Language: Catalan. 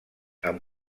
amb